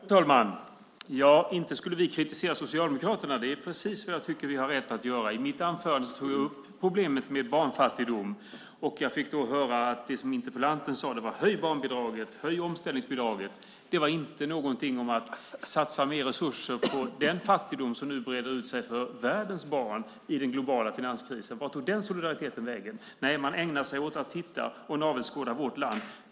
Fru talman! Inte skulle vi kritisera Socialdemokraterna. Det är precis vad jag tycker att vi har rätt att göra. I mitt anförande tog jag upp problemet med barnfattigdom. Jag fick då höra interpellanten säga: Höj barnbidraget! Höj omställningsbidraget! Det var inte någonting om att satsa mer resurser på den fattigdom som nu breder ut sig för världens barn i den globala finanskrisen. Vart tog den solidariteten vägen? Nej, man ägnar sig åt att navelskåda vårt land.